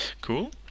Cool